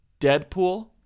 Deadpool